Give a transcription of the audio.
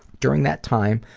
during that time,